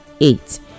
eight